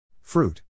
Fruit